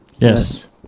Yes